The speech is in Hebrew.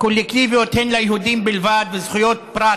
קולקטיביות הן ליהודים בלבד וזכויות פרט